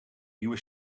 nieuwe